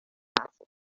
asked